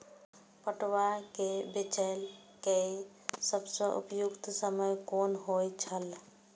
पटुआ केय बेचय केय सबसं उपयुक्त समय कोन होय छल?